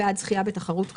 בעד זכייה בתחרות כאמור.